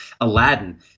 aladdin